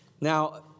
Now